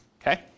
Okay